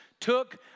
took